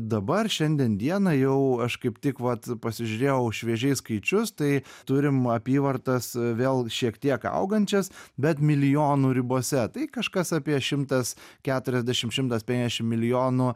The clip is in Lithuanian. dabar šiandien dienai jau aš kaip tik vat pasižiūrėjau šviežiai skaičius tai turim apyvartas vėl šiek tiek augančias bet milijonų ribose tai kažkas apie šimtas keturiasdešim šimtas penkdešim milijonų